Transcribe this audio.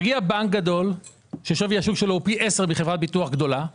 מגיע בנק גדול ששווי השוק שלו הוא פי עשר מחברת ביטוח גדולה.